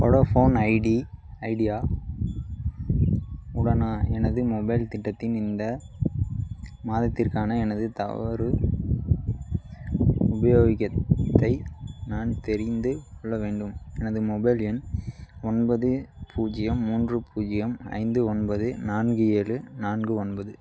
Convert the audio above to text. Vodafone ஐடி Idea உடனா எனது மொபைல் திட்டத்தின் இந்த மாதத்திற்கான எனது தவறு உபயோகயத்தை நான் தெரிந்து கொள்ள வேண்டும் எனது மொபைல் எண் ஒன்பது பூஜ்ஜியம் மூன்று பூஜ்ஜியம் ஐந்து ஒன்பது நான்கு ஏழு நான்கு ஒன்பது